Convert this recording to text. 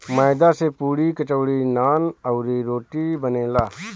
मैदा से पुड़ी, कचौड़ी, नान, अउरी, रोटी बनेला